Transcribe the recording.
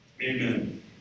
Amen